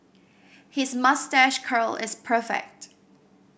his moustache curl is perfect